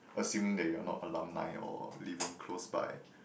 assuming that you're not alumni or living close by